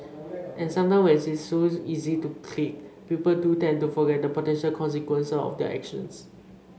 and sometimes when it's so easy to click people do tend to forget the potential consequences of their actions